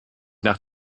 nach